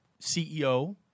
CEO –